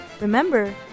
Remember